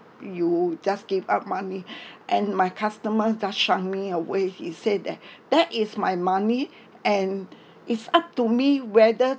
you just give up money and my customer just shun me away he say that that is my money and it's up to me whether